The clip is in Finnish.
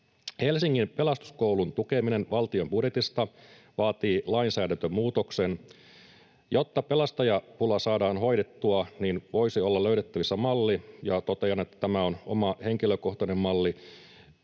Helsingin Pelastuskoulun tukeminen valtion budjetista vaatii lainsäädäntömuutoksen. Jotta pelastajapula saadaan hoidettua, niin voisi olla löydettävissä malli — ja totean, että tämä on oma henkilökohtainen malli,